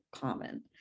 common